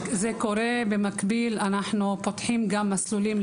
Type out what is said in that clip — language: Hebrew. זה קורה במקביל, אנחנו פותחים מסלולים.